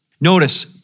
Notice